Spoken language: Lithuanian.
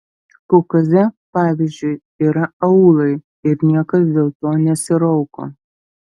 kaukaze pavyzdžiui yra aūlai ir niekas dėl to nesirauko